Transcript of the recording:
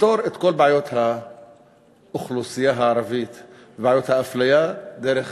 לפתור את כל בעיות האוכלוסייה הערבית ובעיות האפליה דרך